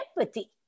empathy